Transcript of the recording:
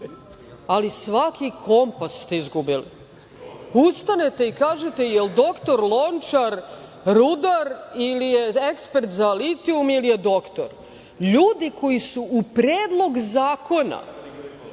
ali svaki kompas ste izgubili. Ustanete i kažete – jel doktor Lončar rudar ili je ekspert za litijum ili je doktor? Ljudi koji su u Predlog zakona